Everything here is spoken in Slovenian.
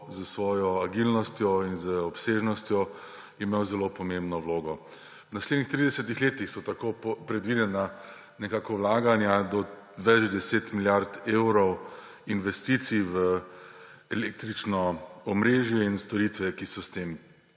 s svojo agilnostjo in z obsežnostjo imel zelo pomembno vlogo. V naslednjih 30 letih so tako predvidena nekako vlaganja do več deset milijard evrov investicij v električno omrežje in storitve, ki so s tem